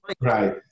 Right